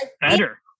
better